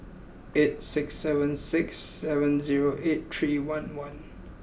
eight six seven six seven zero eight three one one